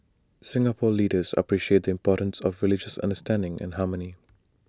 Singapore leaders appreciate the importance of religious understanding and harmony